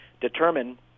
determine